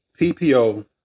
PPO